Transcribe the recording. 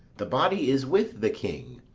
the body is with the king,